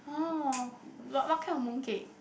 oh but what kind of mooncake